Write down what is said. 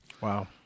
Wow